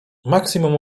maksimum